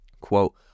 quote